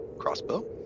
Crossbow